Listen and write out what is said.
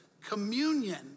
communion